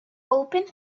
open